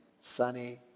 sunny